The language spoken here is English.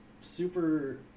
super